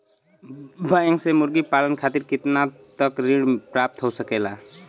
Bank से मुर्गी पालन खातिर कितना तक ऋण प्राप्त हो सकेला?